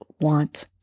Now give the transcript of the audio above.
want